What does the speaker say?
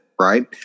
right